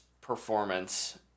performance